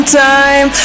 time